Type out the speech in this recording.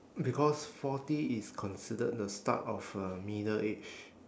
because forty is considered the start of uh middle age